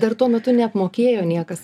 dar tuo metu neapmokėjo niekas